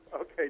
Okay